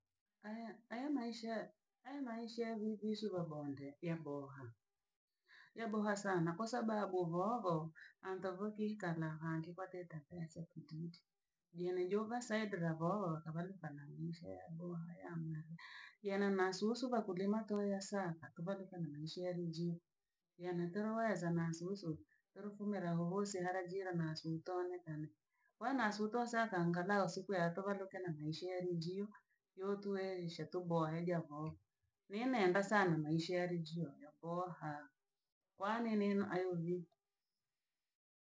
Aya maisha aya maisha vivisu vabondo yaboha, yaboha sana kwasababu bhogo antovo kikara hange kwa teta pesa kididi. Jine jovasaidra vowo akavaruka na maisha ya boha ya mnane. Yana masusu bhakurema toya sanka, kavaruka na maisha yare njio. Yanatoweza na nsusu urufumera hobho seara jira na suntone kane. Kwaiyona suto sa kangana osiku ya tovaroke na maisha ya nijio yo tu ereshatobohe gabho. Ninenda sana maisha ya rijio ya boha, kwanineno ayovii.